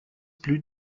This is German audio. blüht